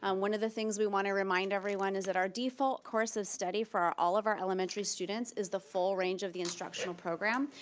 um one of the things we want to remind everyone is that our default course of study for all of our elementary students, is the full range of the instructional program,